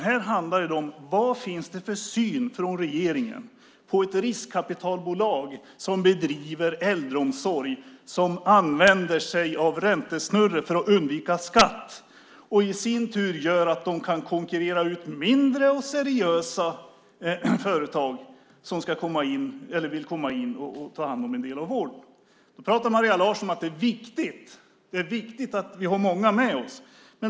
Här handlar det om vad regeringen har för syn på ett riskkapitalbolag som bedriver äldreomsorg och använder räntesnurror för att undvika skatt och på det sättet konkurrerar ut mindre, seriösa företag som annars kunde komma in och ta hand om en del av vården. Maria Larsson säger att det är viktigt att vi har många med oss.